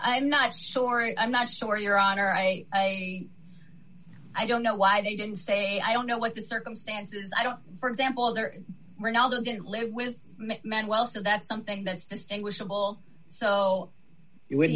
i'm not sure i'm not sure your honor i i don't know why they didn't say i don't know what the circumstances i don't for example there were not and didn't live with men well so that's something that's distinguishable so you would